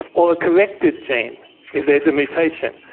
or a corrected gene if there is a mutation.